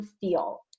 feel